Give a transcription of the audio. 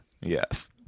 Yes